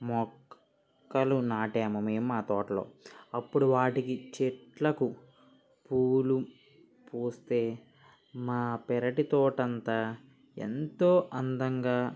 మొక్కలు నాటాము మేము మా తోటలో అప్పుడు వాటికి చెట్లకు పూవులు పూస్తే మా పెరటి తోటంతా ఎంతో అందంగా